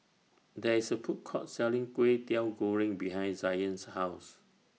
There IS A Food Court Selling Kway Teow Goreng behind Zion's House